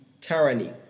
tyranny